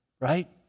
Right